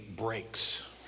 breaks